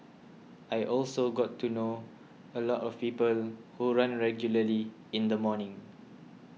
I also got to know a lot of people who run regularly in the morning